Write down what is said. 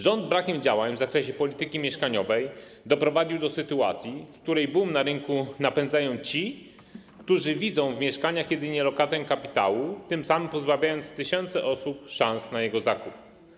Rząd brakiem działań w zakresie polityki mieszkaniowej doprowadził do sytuacji, w której boom na rynku napędzają ci, którzy widzą w mieszkaniach jedynie lokatę kapitału, tym samym pozbawiając tysiące osób szans na jego zakup.